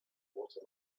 water